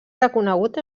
reconegut